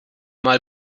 mal